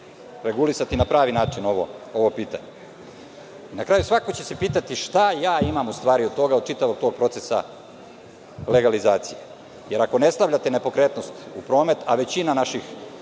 regulisati na pravi način ovo pitanje. Na kraju, svako će se pitati, šta imam u stvari od tog čitavog procesa legalizacije, jer ako ne stavljate nepokretnost u promet, a većina naših